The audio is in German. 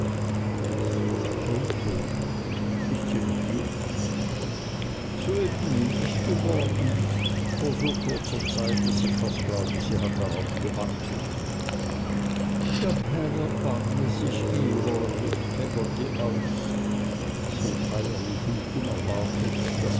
so so ist sie noch jung soeben mündig geworden vor so kurzer zeit daß ich fast glaube sie hat darauf gewartet der herr erbarme sich ihrer rief peggotty aus so feierlich und unerwartet